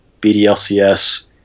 BDLCs